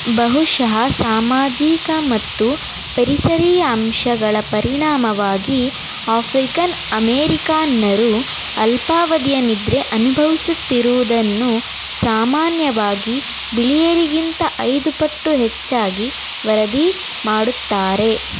ಬಹುಶಃ ಸಾಮಾಜಿಕ ಮತ್ತು ಪರಿಸರೀಯ ಅಂಶಗಳ ಪರಿಣಾಮವಾಗಿ ಆಫ್ರಿಕನ್ ಅಮೆರಿಕನ್ನರು ಅಲ್ಪಾವಧಿಯ ನಿದ್ರೆ ಅನುಭವಿಸುತ್ತಿರುವುದನ್ನು ಸಾಮಾನ್ಯವಾಗಿ ಬಿಳಿಯರಿಗಿಂತ ಐದು ಪಟ್ಟು ಹೆಚ್ಚಾಗಿ ವರದಿ ಮಾಡುತ್ತಾರೆ